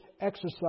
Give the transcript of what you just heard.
exercise